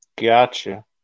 Gotcha